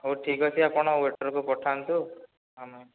ହଉ ଠିକ୍ ଅଛି ଆପଣ ୱେଟର୍ କୁ ପଠାନ୍ତୁ ଆମେ